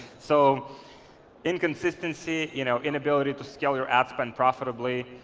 so inconsistency, you know inability to scale your ad spend profitably,